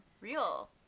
real